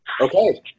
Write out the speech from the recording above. Okay